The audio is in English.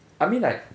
I mean like